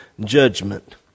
judgment